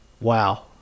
wow